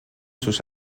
sus